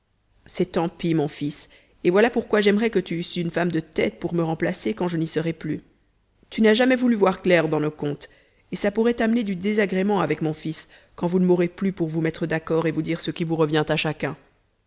c'est tant pis mon fils et voilà pourquoi j'aimerais que tu eusses une femme de tête pour me remplacer quand je n'y serai plus tu n'as jamais voulu voir clair dans nos comptes et ça pourrait t'amener du désagrément avec mon fils quand vous ne m'aurez plus pour vous mettre d'accord et vous dire ce qui vous revient à chacun